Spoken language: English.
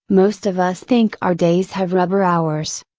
most of us think our days have rubber hours.